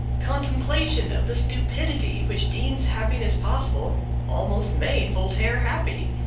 contemplation of the stupidity which deems happiness possible almost made voltaire happy.